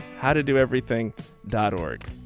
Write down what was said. howtodoeverything.org